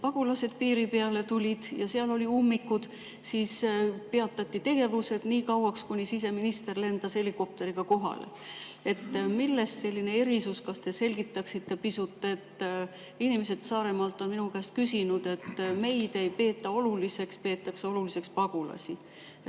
pagulased piiri peale tulid ja seal olid ummikud, siis peatati tegevused nii kauaks, kuni siseminister lendas helikopteriga kohale. Millest selline erisus? Kas te selgitaksite pisut? Inimesed Saaremaalt on minule [öelnud], et neid ei peeta oluliseks, peetakse oluliseks pagulasi.